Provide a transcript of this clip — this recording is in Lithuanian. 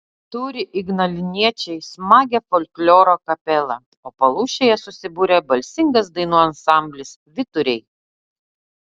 turi ignaliniečiai smagią folkloro kapelą o palūšėje susibūrė balsingas dainų ansamblis vyturiai